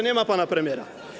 Nie ma pana premiera.